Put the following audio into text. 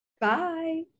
Bye